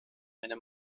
ein